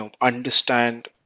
understand